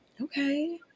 Okay